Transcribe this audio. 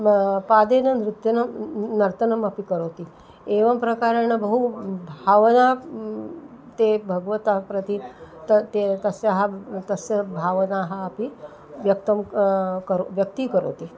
मम पादेन नृत्यं नर्तनमपि करोति एवं प्रकारेण बह्वी भावना ते भगवन्तं प्रति ते ते तस्याः तस्य भावनाः अपि व्यक्तं करोति करोति व्यक्तीकरोति